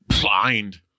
Blind